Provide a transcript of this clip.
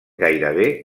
gairebé